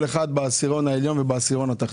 אחד בעשירון העליון ובעשירון התחתון.